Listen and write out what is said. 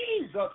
Jesus